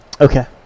Okay